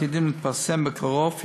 העתידים להתפרסם בקרוב,